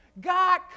God